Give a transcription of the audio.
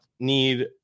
need